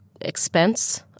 expense